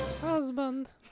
Husband